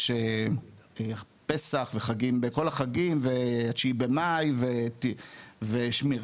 יש פסח וכל החגים וה-9 במאי והעובדת